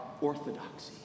orthodoxy